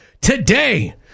Today